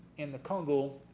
in the congo